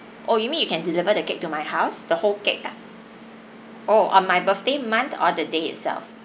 oh you mean you can deliver the cake to my house the whole cake ah oh on my birthday month or the day itself